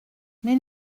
mais